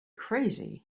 crazy